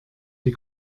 die